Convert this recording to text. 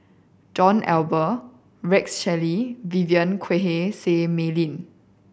John Eber Rex Shelley Vivien Quahe Seah Mei Lin